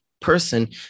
person